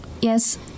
Yes